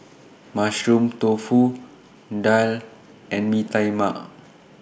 Mushroom Tofu Daal and Mee Tai Mak